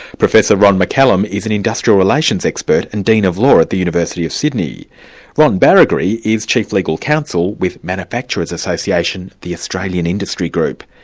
professor ron mccallum is an industrial relations expert and dean of law at the university of sydney. and ron baragry is chief legal counsel with manufacturers' association the australian industry group.